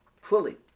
fully